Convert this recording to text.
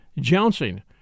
jouncing